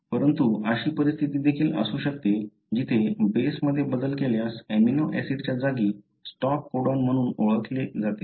परंतु अशी परिस्थिती देखील असू शकते जिथे बेसमध्ये बदल केल्यास एमिनो ऍसिडच्या जागी स्टॉप कोडॉन म्हणून ओळखले जाते